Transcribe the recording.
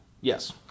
Yes